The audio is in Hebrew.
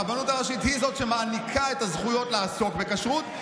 הרבנות הראשית היא שמעניקה את הזכויות לעסוק בכשרות,